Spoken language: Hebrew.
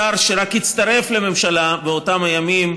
כאן לשר שרק הצטרף לממשלה באותם הימים,